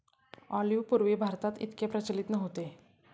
olive पूर्वी भारतात इतके प्रचलित नव्हते